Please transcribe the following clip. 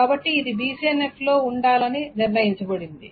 కాబట్టి ఇది BCNF లో ఉండాలని నిర్ణయించబడింది